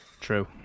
True